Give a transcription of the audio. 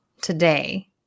today